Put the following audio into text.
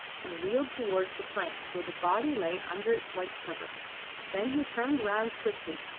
and reeled towards the planks where the body lay under its white cover then he turned round quickly,